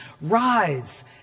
rise